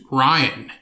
ryan